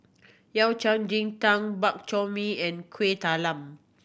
Yao Cai ji tang Bak Chor Mee and Kuih Talam